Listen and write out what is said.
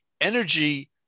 energy